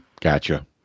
Gotcha